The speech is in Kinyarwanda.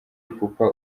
ipupa